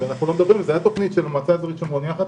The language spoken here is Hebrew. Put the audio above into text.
לא מדברים על זה של המועצה האזורית שומרון יחד